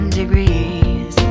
degrees